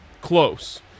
close